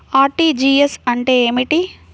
RTGS అంటే ఏమిటి?